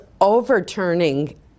overturning